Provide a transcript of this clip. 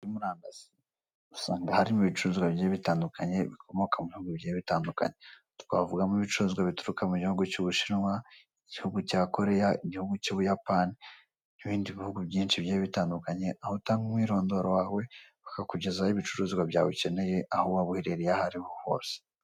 Kuri murandasi usanga harimo ibicuruzwa bitandukanye bikomoka mu bihugu bigiye bitandukanye. Twavugamo ibicuruzwa bikomoka mu gihugu cy'Ubushinwa, igihugu cya Koreya, igihugu cy'Ubuyapani n'ibindi bihugu byinshi bigiye bitandukanye, aho utanga umwirondoro wawe bakakugezaho ibicuruzwa byawe ukeneye, aho waba uherereye aho ariho hose.